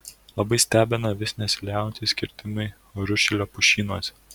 labai stebina vis nesiliaujantys kirtimai rūdšilio pušynuose